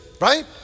right